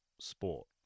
sport